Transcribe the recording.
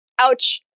Ouch